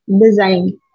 design